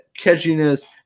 catchiness